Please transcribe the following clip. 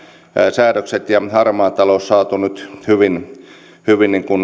säädökset ja harmaa talous saatu nyt hyvin